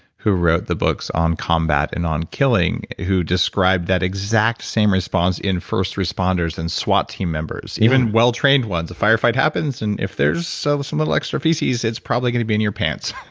who wrote the books on combat and on killing, who described that exact same response in first responders and swat team members. even well-trained ones. a fire fight happens, and if there's so some little extra feces, it's probably going to be in your pants.